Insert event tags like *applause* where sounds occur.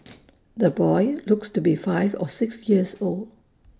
*noise* the boy looks to be five or six years old